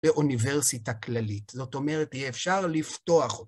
באוניברסיטה כללית. זאת אומרת, יהיה אפשר לפתוח.